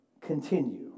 continue